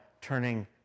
turning